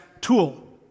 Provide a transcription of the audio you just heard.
tool